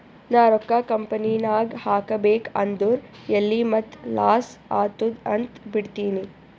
ನಾ ರೊಕ್ಕಾ ಕಂಪನಿನಾಗ್ ಹಾಕಬೇಕ್ ಅಂದುರ್ ಎಲ್ಲಿ ಮತ್ತ್ ಲಾಸ್ ಆತ್ತುದ್ ಅಂತ್ ಬಿಡ್ತೀನಿ